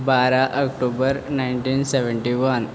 बारा October nineteen seventy one